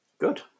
Good